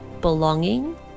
belonging